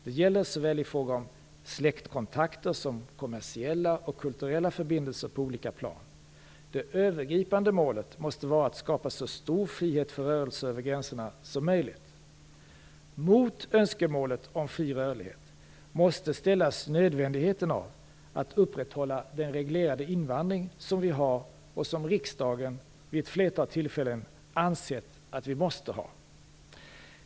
Det gäller såväl i fråga om släktkontakter som kommersiella och kulturella förbindelser på olika plan. Det övergripande målet måste vara att skapa så stor frihet för rörelser över gränserna som möjligt. Mot önskemålet om fri rörlighet måste emellertid ställas nödvändigheten av att upprätthålla den reglerade invandring som vi har och som riksdagen vid ett flertal tillfällen ansett att vi måste ha.